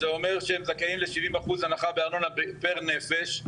אז זה אומר שהם זכאים ל-70% הנחה בארנונה פר נפש,